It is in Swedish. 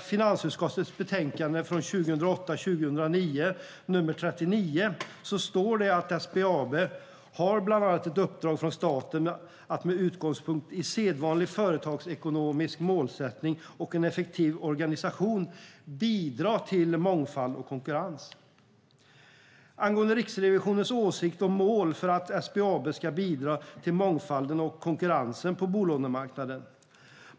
finansutskottets betänkande 2008/09:FiU39 står: "SBAB har bl.a. ett uppdrag från staten att med utgångspunkt i sedvanlig företagsekonomisk målsättning och en effektiv organisation bidra till mångfald och konkurrens." Sedan gäller det Riksrevisionens åsikt om mål för att SBAB ska bidra till mångfalden och konkurrensen på bolånemarknaden.